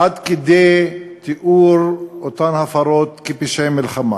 עד כדי תיאורן כפשעי מלחמה.